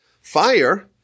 Fire